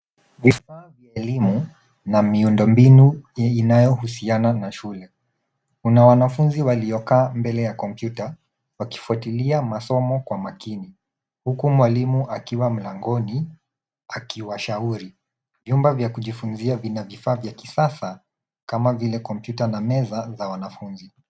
Vifaa vya elimu na miundombinu inayohusiana na shule. Kuna wanafunzi waliokaa mbele ya kompyuta wakifuatilia masomo kwa makini huku mwalimu akiwa mlangoni akiwashauri. Vyumba vya kujifunzia vina vifaa vya kisasa kama vile kompyuta na meza za wanafunzi.